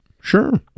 Sure